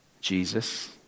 Jesus